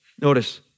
Notice